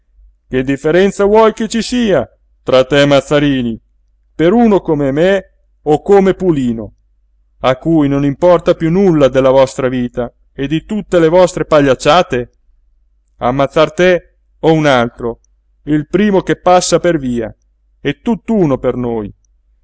che differenza vuoi che ci sia tra te e mazzarini per uno come me o come pulino a cui non importa piú nulla della vostra vita e di tutte le vostre pagliacciate ammazzar te o un altro il primo che passa per via è tutt'uno per noi